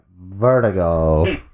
Vertigo